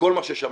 לכל מה ששמעת,